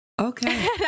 Okay